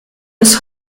bis